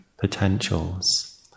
potentials